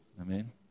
Amen